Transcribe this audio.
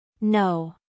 No